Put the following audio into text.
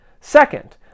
Second